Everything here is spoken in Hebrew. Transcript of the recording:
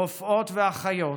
רופאות ואחיות,